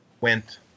went